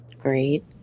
great